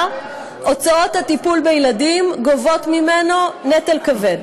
הוצאות הטיפול בילדים גובות ממנו נטל כבד.